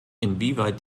inwieweit